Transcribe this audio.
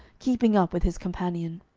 keeping up with his companion.